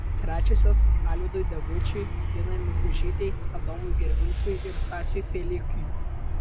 trečiosios alvydui degučiui ginai mikužytei adomui gervinskui ir stasiui pielikiui